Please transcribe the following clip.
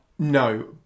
No